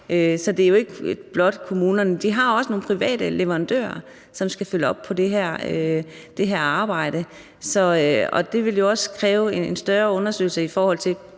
Så det er jo ikke blot kommunerne; de har også nogle private leverandører, som skal følge op på det her arbejde, og det ville jo også kræve en større undersøgelse, ikke kun i forhold til